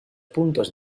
puntos